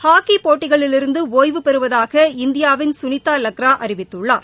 ஹாக்கிப் போட்டிகளிலிருந்து ஒய்வுபெறுவதாக இந்தியாவின் சுமித்தா லக்ரா அறிவித்துள்ளார்